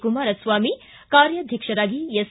ಕುಮಾರಸ್ವಾಮಿ ಕಾರ್ಯಾಧ್ಯಕ್ಷರಾಗಿ ಎಸ್